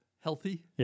healthy